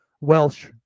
Welsh